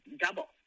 double